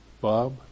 Bob